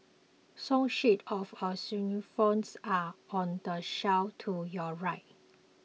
song sheets for xylophones are on the shelf to your right